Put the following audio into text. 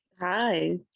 hi